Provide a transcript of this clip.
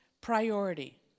priority